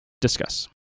discuss